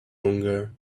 longer